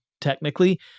technically